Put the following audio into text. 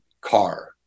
car